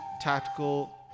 tactical